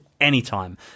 anytime